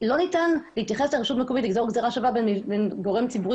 לא ניתן להתייחס לרשות המקומית ולגזור גזרה שווה בין גורם ציבורי